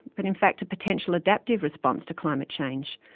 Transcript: but in fact, a potential adaptive response to climate change.